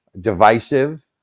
divisive